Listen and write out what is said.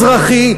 אזרחי,